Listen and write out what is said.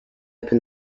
open